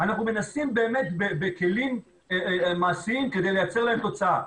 אנחנו מנסים באמת בכלים מעשיים כדי לייצר להם תוצאה,